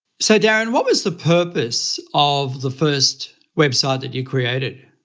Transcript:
so darren, what was the purpose of the first website that you created?